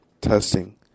Testing